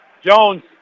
Jones